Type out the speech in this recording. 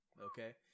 Okay